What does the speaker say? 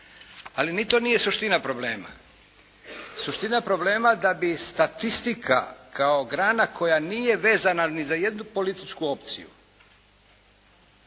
Ali ni to nije suština problema. Suština problema da bi statistika kao grana koja nije vezana ni za jednu političku opciju,